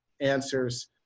answers